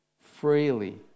freely